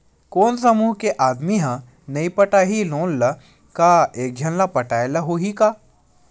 कोन समूह के आदमी हा नई पटाही लोन ला का एक झन ला पटाय ला होही का?